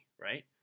right